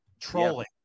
trolling